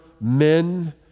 men